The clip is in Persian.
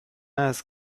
است